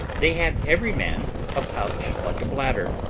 they had every man a pouch like a bladder,